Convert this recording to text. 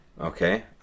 okay